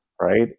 right